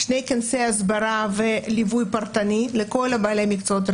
שני כנסי הסברה וליווי פרטני לכל בעלי המקצועות הרפואיים.